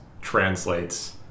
translates